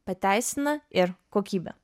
pateisina ir kokybę